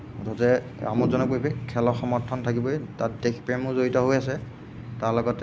মুঠতে আমোদজনক পৰিৱেশ খেলত সমৰ্থন থকিবই তাত দেশপ্ৰেমো জড়িত হৈ আছে তাৰ লগতে